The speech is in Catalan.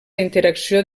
interacció